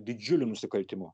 didžiuliu nusikaltimu